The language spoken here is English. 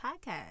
podcast